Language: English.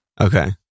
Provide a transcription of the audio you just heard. Okay